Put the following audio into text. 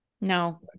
No